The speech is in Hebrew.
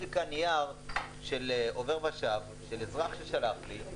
יש לי כאן נייר של עובר ושב של אזרח ששלח לי,